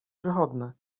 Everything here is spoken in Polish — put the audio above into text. wychodne